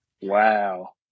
Wow